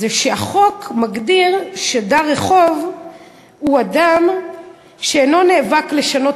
שהחוק מגדיר דר רחוב כאדם שאינו נאבק לשנות